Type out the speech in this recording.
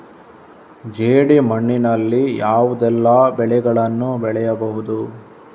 ಜೇಡಿ ಮಣ್ಣಿನಲ್ಲಿ ಯಾವುದೆಲ್ಲ ಬೆಳೆಗಳನ್ನು ಬೆಳೆಯಬಹುದು?